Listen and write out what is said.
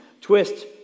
twist